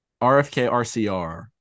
RFK-RCR